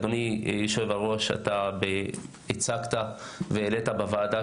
אדוני יושב הראש הציג והעלה בוועדת